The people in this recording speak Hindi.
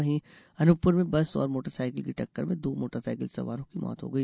वहीं अनूपपुर में बस और मोटर साइकिल की टक्कर में दो मोटर साइकिल सवारों की मौत हो गई